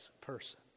person